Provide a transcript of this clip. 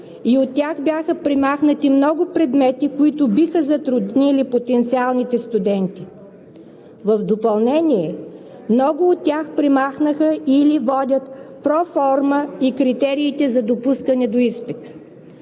и от тях бяха премахнати много предмети, които биха затруднили потенциалните студенти. В допълнение, много от тях премахнаха или водят проформа и критериите за допускане до изпит.